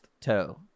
toe